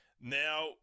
Now